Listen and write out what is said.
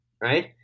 right